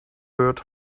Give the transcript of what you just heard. bird